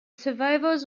survivors